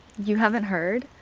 you haven't heard?